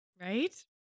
Right